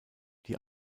die